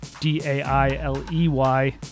D-A-I-L-E-Y